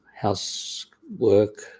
housework